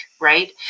right